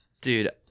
Dude